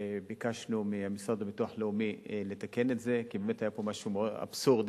וביקשנו מהמוסד לביטוח לאומי לתקן את זה כי באמת היה פה משהו אבסורדי.